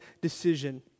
decision